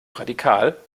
radikal